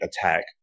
attack